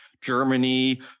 Germany